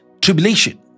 tribulation